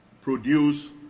produce